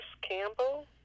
campbell